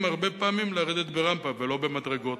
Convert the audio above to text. הרבה פעמים לרדת ברמפה ולא במדרגות.